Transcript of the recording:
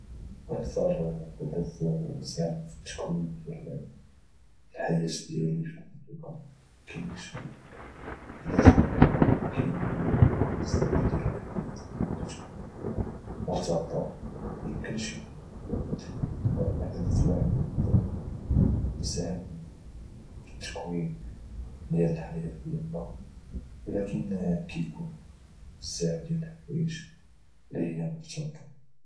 اكثر حدث ساهم في التكوين ديال الحياة ديالي في الحقيقة مكاينش حدث واحد كاينين بزاف ديال الأحداث اللي كتكون مرتبطة ميمكنش اكون حدث واحد اقدر اساهم في التكوين ديال الحياة ديالنا ولكن كيكونو بزاف ديال الحوايج اللي هي مرتبطة